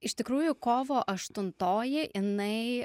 iš tikrųjų kovo aštuntoji jinai